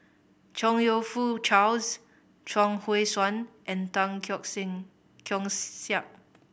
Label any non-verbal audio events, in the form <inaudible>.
Chong You Fook Charles Chuang Hui Tsuan and Tan Keong <unintelligible> Keong Saik